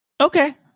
Okay